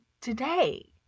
today